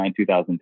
2009